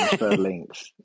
links